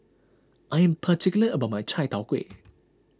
I am particular about my Chai Tow Kway